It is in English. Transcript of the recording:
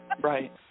Right